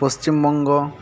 Paschim Banga